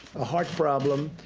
a heart problem.